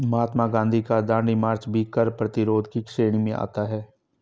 महात्मा गांधी का दांडी मार्च भी कर प्रतिरोध की श्रेणी में आता है